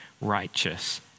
righteous